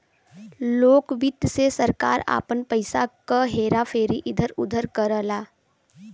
लोक वित्त से सरकार आपन पइसा क हेरा फेरी इधर उधर करला